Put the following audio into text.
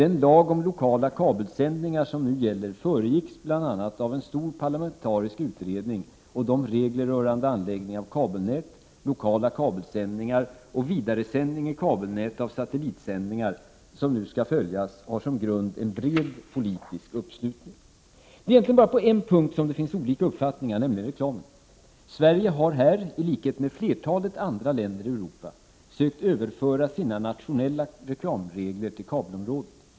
Den lag om lokala kabelsändningar som nu gäller föregicks 10 november 1988 bl.a. av en stor parlamentarisk utredning och de regler rörande anläggningav — Zj?oomoorg kabelnät, lokala kabelsändningar och vidaresändning i kabelnät av satellitsändningar som nu skall följas har som grund en bred politisk uppslutning. Det är egentligen bara på en punkt som det finns olika uppfattningar, nämligen reklamen. Sverige har här — i likhet med flertalet andra länder i Europa — sökt överföra sina nationella reklamregler till kabelområdet.